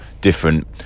different